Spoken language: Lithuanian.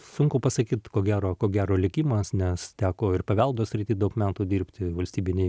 sunku pasakyt ko gero ko gero likimas nes teko ir paveldo sritį daug metų dirbti valstybinėj